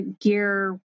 gear